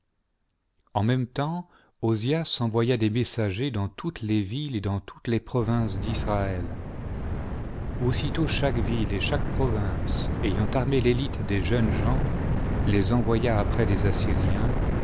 en même temps ozias envoya des messagers dans toutes les villes et dans toutes les provinces d'israël aussitôt chaque ville et chaque province ayant armé l'élite des jeunes gens les envoya après les assyriens